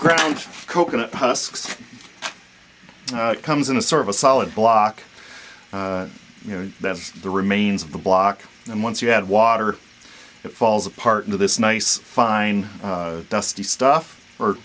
ground coconut husks comes in a sort of a solid block you know that's the remains of the block and once you had water it falls apart into this nice fine dusty stuff